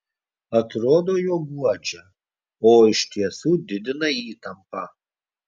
atrodo jog guodžia o iš tiesų didina įtampą